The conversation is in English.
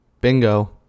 Bingo